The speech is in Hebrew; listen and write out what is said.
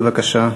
בבקשה.